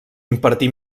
impartí